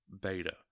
beta